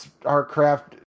StarCraft